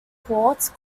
courts